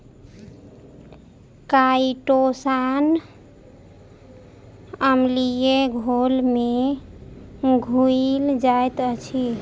chitosan अम्लीय घोल में घुइल जाइत अछि